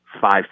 five